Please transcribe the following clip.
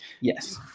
yes